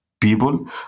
people